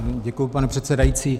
Děkuji, pane předsedající.